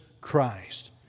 Christ